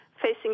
facing